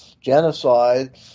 genocide